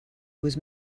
was